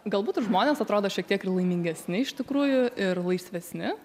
galbūt ir žmonės atrodo šiek tiek ir laimingesni iš tikrųjų ir laisvesni